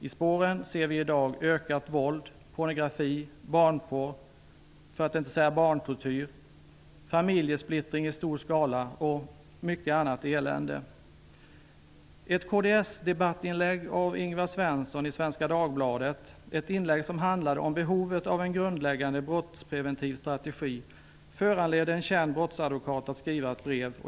I spåren ser vi i dag ökat våld, pornografi och barnporr -- barntortyr kan man säga. Man ser också familjesplittring i stor skala och mycket annat elände. Svensson handlade om behovet av en grundläggande brottspreventiv strategi. Det föranledde en känd brottsadvokat att skriva ett brev.